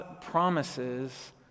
promises